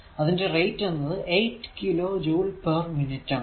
അതിന്റെ റേറ്റ് എന്നത് 8 kilo joule per minute ആണ്